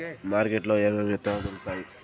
market లో ఏమేమి విత్తనాలు దొరుకుతాయి